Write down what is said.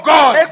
God